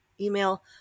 email